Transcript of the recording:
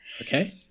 Okay